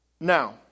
Now